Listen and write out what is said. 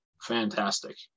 fantastic